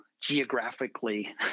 geographically